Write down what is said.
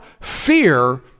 fear